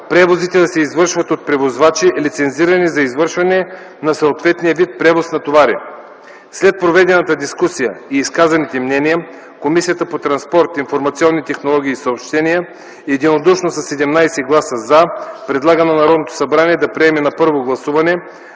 превозите да се извършват от превозвачи, лицензирани за извършването на съответния вид превоз на товари. След проведената дискусия и изказаните мнения Комисията по транспорт, информационни технологии и съобщения единодушно, със 17 гласа “за” предлага на Народното събрание да приеме на първо гласуване